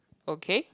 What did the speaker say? okay